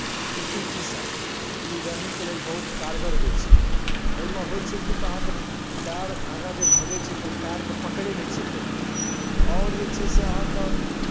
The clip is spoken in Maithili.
सूती टी शर्ट ई रनिंगके लेल बहुत कारगर होइ छै एहिमे होइ छै कि तऽ अहाँके पएर आगाँ जे भगै छै तऽ ओ पएरकेँ पकड़ै नहि छै पेंट आओर जे छै से अहाँकेँ